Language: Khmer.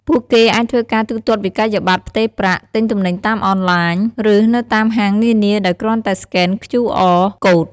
ពួកគេអាចធ្វើការទូទាត់វិក្កយបត្រ ផ្ទេរប្រាក់ ទិញទំនិញតាមអនឡាញ ឬនៅតាមហាងនានាដោយគ្រាន់តែស្កេន ខ្យូ អរ កូដ (QR Code)។